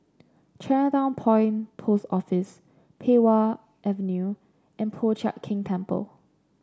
Chinatown Point Post Office Pei Wah Avenue and Po Chiak Keng Temple